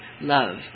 love